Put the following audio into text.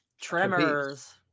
Tremors